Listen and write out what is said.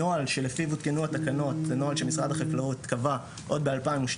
הנוהל שלפיו הותקנו התקנות זה נוהל שמשרד החקלאות קבע עוד ב-2012,